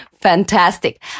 Fantastic